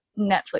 Netflix